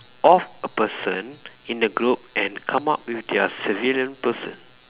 of a person in the group and come up with their supervillain person